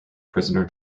prisoner